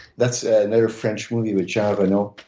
that's another french movie with jean reno,